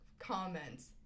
comments